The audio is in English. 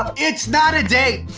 it's not a date!